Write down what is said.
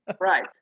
right